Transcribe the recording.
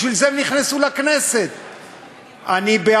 בשביל זה הם נכנסו לכנסת.